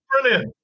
brilliant